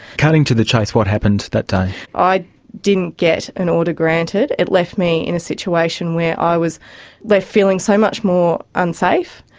cutting to the chase, what happened that day? i didn't get an order granted. it left me in a situation where i was left feeling so much more unsafe.